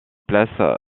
place